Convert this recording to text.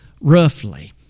roughly